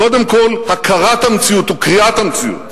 קודם כול הכרת המציאות וקריאת המציאות.